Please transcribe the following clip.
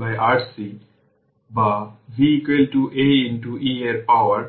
দেওয়া হয়েছে